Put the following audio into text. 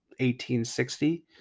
1860